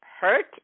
hurt